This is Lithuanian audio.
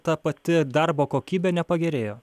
ta pati darbo kokybė nepagerėjo